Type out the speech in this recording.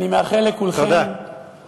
אני מאחל לכולכם, תודה.